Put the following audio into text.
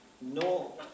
No